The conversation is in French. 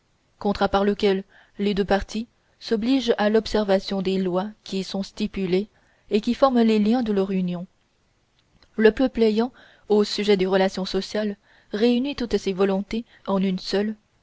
contrat par lequel les deux parties s'obligent à l'observation des lois qui y sont stipulées et qui forment les liens de leur union le peuple ayant au sujet des relations sociales réuni toutes ses volontés en une seule